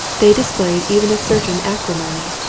they displayed even a certain acrimony,